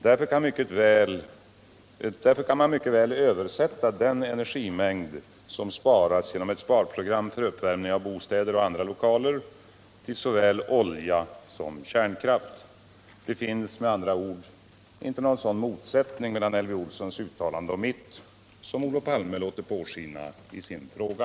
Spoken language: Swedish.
Därför kan man mycket väl översätta den energimängd som sparas genom ett sparprogram för uppvärmning av bostäder och andra lokaler till såväl olja som kärnkraft. Det finns med andra ord inte någon sådan motsättning mellan Elvy Olssons uttalande och mitt, som Olof Palme låter påskina i sin fråga.